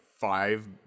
five